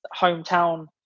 hometown